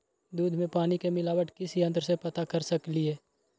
दूध में पानी के मिलावट किस यंत्र से पता कर सकलिए?